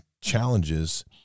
challenges